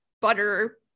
butter